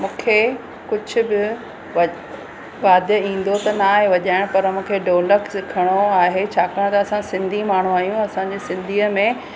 मूंखे कुझु बि वध वाद्य ईंदो त न आहे वजाइण पर मूंखे ढोलक सिखणो आहे छाकाणि त असां सिंधी माण्हू आहियूं असांजे सिंधीअ में